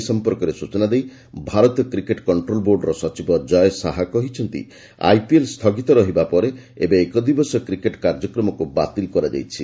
ଏ ସମ୍ପର୍କରେ ସୂଚନା ଦେଇ ଭାରତୀୟ କ୍ରିକେଟ୍ କଷ୍ଟ୍ରୋଲ୍ ବୋର୍ଡ଼ର ସଚିବ ଜୟ ଶାହା କହିଛନ୍ତି ଆଇପିଏଲ୍ ସ୍ଥଗିତ ରହିବା ପରେ ଏବେ ଏକଦିବସୀୟ କ୍ରିକେଟ୍ କାର୍ଯ୍ୟକ୍ରମକୁ ବାତିଲ୍ କରାଯାଇଛି